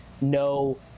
no